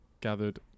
gathered